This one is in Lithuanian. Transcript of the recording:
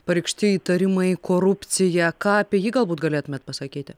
pareikšti įtarimai korupcija ką apie jį galbūt galėtumėt pasakyti